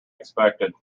expected